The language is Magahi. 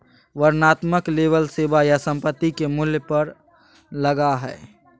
वर्णनात्मक लेबल सेवा या संपत्ति के मूल्य पर लगा हइ